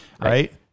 right